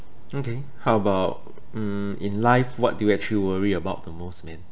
okay how about mm in life what do you actually worry about the most man